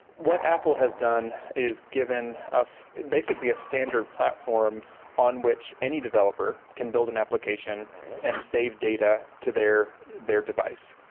what apple has done is given us basically a standard platform on which any developer can build an application and save data to their their device.